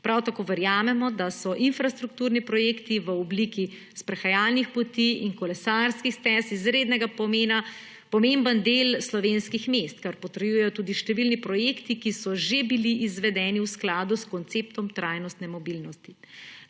Prav tako verjamemo, da so infrastrukturni projekti v obliki sprehajalnih poti in kolesarskih stez izrednega pomena, pomemben del slovenskih mest, kar potrjujejo tudi številni projekti, ki so že bili izvedeni v skladu s konceptom trajnostne mobilnosti.